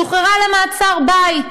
שוחררה למעצר בית.